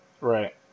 right